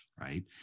right